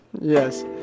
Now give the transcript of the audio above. Yes